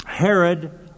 Herod